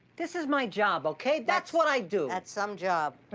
this is my job, okay? that's what i do. that's some job,